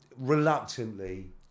reluctantly